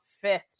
fifth